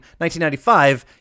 1995